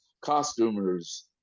costumers